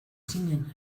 zinen